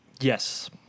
Yes